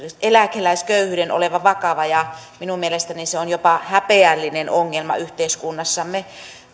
eläkeläisköyhyyden olevan vakava ja minun mielestäni se on jopa häpeällinen ongelma yhteiskunnassamme